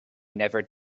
never